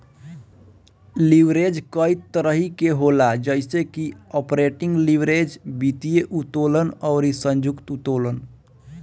leverage कई तरही के होला जइसे की आपरेटिंग लीवरेज, वित्तीय उत्तोलन अउरी संयुक्त उत्तोलन